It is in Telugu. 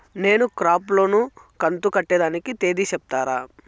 నేను క్రాప్ లోను కంతు కట్టేదానికి తేది సెప్తారా?